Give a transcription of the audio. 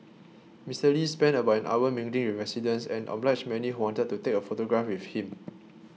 Mister Lee spent about an hour mingling with residents and obliged many who wanted to take a photograph with him